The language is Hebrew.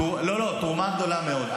סימון דוידסון (יש עתיד): ובאמת תרומה גדולה מאוד.